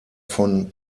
von